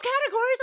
categories